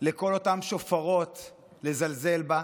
לכל אותם שופרות לזלזל בה.